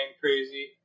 crazy